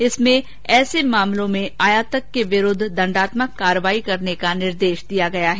जिसमें ऐसेमामले में आयातक के विरूद्व दंडात्मक कार्रवाई करने का निर्देश दिया गया है